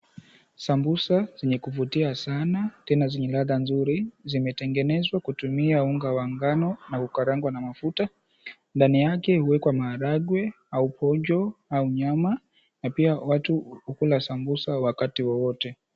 Sambusa zenye kuvutia sana, tena zenye ladha nzuri, zimetengenezwa kutumia unga wa ngano na kukarangwa na mafuta. Ndani yake huekwa maharagwe, au pojo, au nyama, na pia watu hukula sambusa wakati wowote.